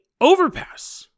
overpass